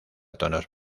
tonos